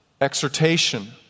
exhortation